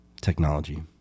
technology